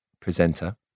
presenter